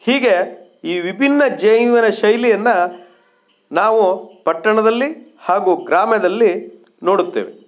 ಹೀಗೆ ಈ ವಿಭಿನ್ನ ಜೀವನ ಶೈಲಿಯನ್ನು ನಾವು ಪಟ್ಟಣದಲ್ಲಿ ಹಾಗೂ ಗ್ರಾಮದಲ್ಲಿ ನೋಡುತ್ತೇವೆ